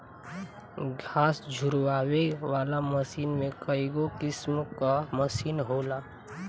घास झुरवावे वाला मशीन में कईगो किसिम कअ मशीन होला